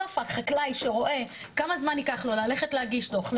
בסוף החקלאי שרואה כמה זמן ייקח לו ללכת להגיש דו"ח,